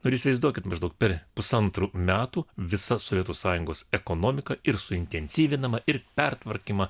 ir įsivaizduokit maždaug per pusantrų metų visa sovietų sąjungos ekonomika ir suintensyvinama ir pertvarkymą